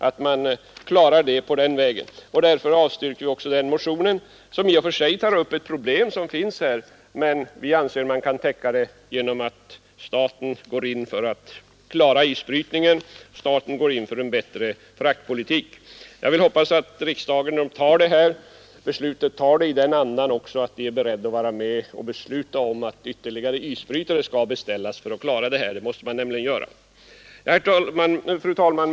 Därför avstyrker utskottet också den motionen, som i och för sig tar upp ett verkligt problem. Men utskottet anser som sagt att det kan lösas genom att staten klarar isbrytningen och går in för en bättre fraktpolitik. Jag hoppas att riksdagen i dag fattar sitt beslut i den andan att man också vill vara med och besluta om beställning av fler isbrytare. Fru talman!